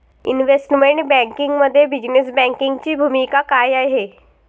Investment बँकिंगमध्ये business बँकिंगची भूमिका काय आहे?